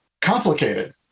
complicated